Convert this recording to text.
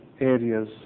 areas